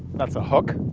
that's a hook